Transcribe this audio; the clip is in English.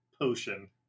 potion